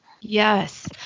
yes